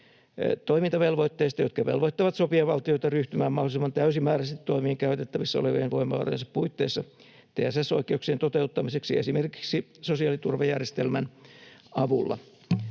toimintavelvoitteista, jotka velvoittavat sopijavaltioita ryhtymään mahdollisimman täysimääräisesti toimiin käytettävissä olevien voimavarojensa puitteissa TSS-oikeuksien toteuttamiseksi esimerkiksi sosiaaliturvajärjestelmän avulla.